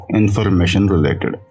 information-related